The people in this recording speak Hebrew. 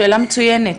שאלה מצוינת.